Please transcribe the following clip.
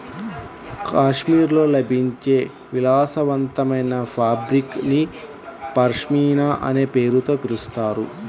కాశ్మీర్లో లభించే విలాసవంతమైన ఫాబ్రిక్ ని పష్మినా అనే పేరుతో పిలుస్తారు